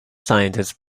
scientists